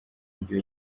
mujyi